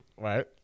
Right